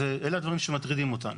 אלה הדברים שמטרידים אותנו.